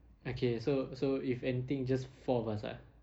okay so so if anything just four of us ah